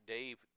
Dave